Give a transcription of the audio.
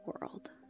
world